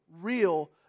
real